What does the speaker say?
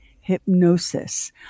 hypnosis